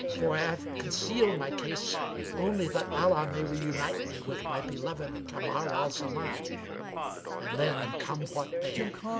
for i have concealed my case only that allah may reunite me with my beloved kamar al zaman and then come what may.